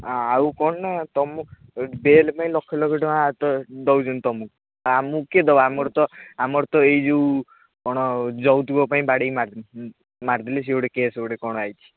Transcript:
ଆଉ କ'ଣ ନା ତୁମ ବେଲ୍ ପାଇଁ ଲକ୍ଷ ଳକ୍ଷ ଟଙ୍କା ଆଦାୟ ଦେଉଛନ୍ତି ତୁମକୁ ଆମକୁ କିଏ ଦେବ ଆମର ତ ଆମର ତ ଏଇ ଯୋଉ କ'ଣ ଯୌତୁକ ପାଇଁ ବାଡ଼େଇ ମାରି ମାରି ଦେଲେ ସେ ଗୋଟେ କେସ୍ କ'ଣ ଆସିଛି